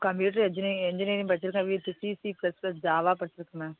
computer engineering படித்திருக்கேன் with C C plus plus Java படித்திருக்கேன் ma'am